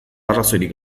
arrazoirik